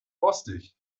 borstig